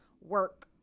work